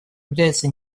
является